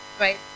right